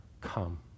come